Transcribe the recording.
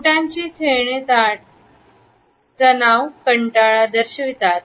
बोटांची खेळणे तणाव कंटाळा दर्शवितात